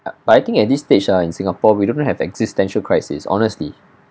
uh but I think at this stage ah in singapore we don't even have existential crisis honestly